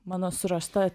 mano surasta